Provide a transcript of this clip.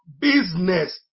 business